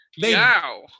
wow